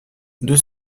deux